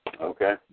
okay